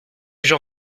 jean